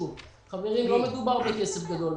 חברים, לא מדובר בכסף גדול.